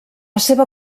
seva